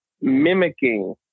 mimicking